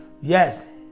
yes